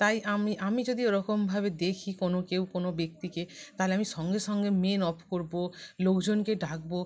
তাই আমি আমি যদি ওরকমভাবে দেখি কোনো কেউ কোনো ব্যক্তিকে তালে আমি সঙ্গে সঙ্গে মেন অফ করবো লোকজনকে ডাকবো